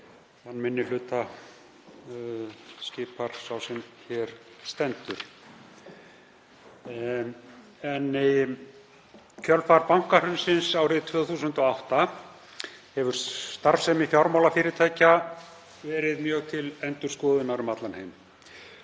þann minni hluta skipar sá sem hér stendur. Í kjölfar bankahrunsins 2008 hefur starfsemi fjármálafyrirtækja verið mjög til endurskoðunar um allan heim.